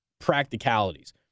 practicalities